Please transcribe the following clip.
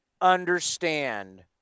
understand